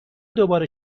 دوباره